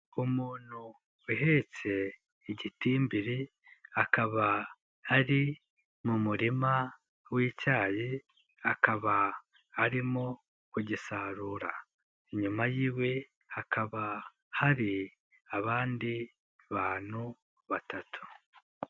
Umuntu uhetse igitimbiri akaba ari mu murima w'icyayi, akaba arimo kugisarura inyuma yiwe hakaba hari abandi bantu batatu.